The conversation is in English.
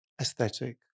aesthetic